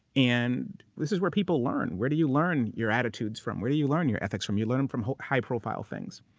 and this is where people learn. where do you learn your attitudes from? where do you learn your ethics from? you learn them from high profile things.